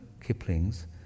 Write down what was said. Kipling's